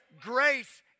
Grace